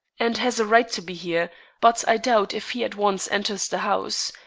and has a right to be here but i doubt if he at once enters the house,